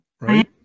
right